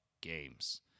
games